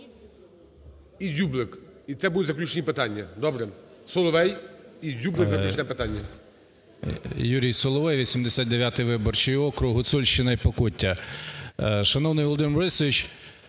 І Дзюблик. І це будуть заключні питання. Добре. Соловей. ІДзюблик, заключне питання. 11:14:58 СОЛОВЕЙ Ю.І. Юрій Соловей, 89 виборчий округ, Гуцульщина і Покуття. Шановний Володимире Борисовичу,